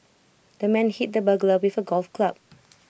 the man hit the burglar with A golf club